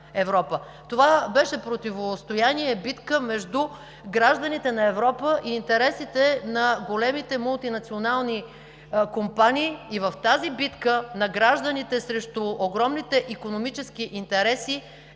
Това беше противостояние и битка между гражданите на Европа и интересите на големите мултинационални компании. В тази битка на гражданите срещу огромните икономически интереси